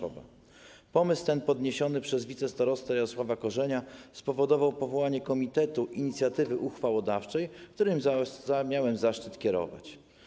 Pomysł ten podniesiony przez wicestarostę Jarosława Korzenia spowodował powołanie komitetu inicjatywy uchwałodawczej, którym miałem zaszczyt kierować.